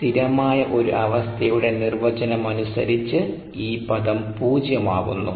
സ്ഥിരമായ ഒരു അവസ്ഥയുടെ നിർവചനം അനുസരിച്ച് ഈ പദം പൂജ്യമാകുന്നു